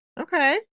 Okay